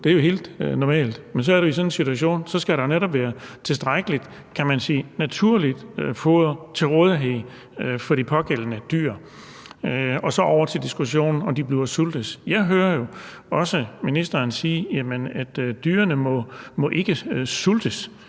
det er jo helt normalt. Men så er det jo, at der i sådan en situation, kan man sige, netop skal være tilstrækkeligt naturligt foder til rådighed for de pågældende dyr. Så over til diskussionen om, om dyrene bliver sultet, og jeg hører jo også ministeren sige, at de ikke må sultes.